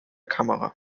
kamera